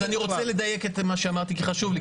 אז אני רוצה לדייק את מה שאמרתי כי חשוב לי,